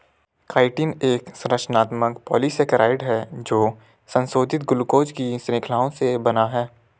chitin एक बड़ा, संरचनात्मक पॉलीसेकेराइड है जो संशोधित ग्लूकोज की श्रृंखलाओं से बना है